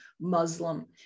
Muslim